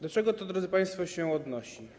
Do czego to, drodzy państwo, się odnosi?